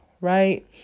right